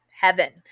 heaven